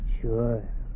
Sure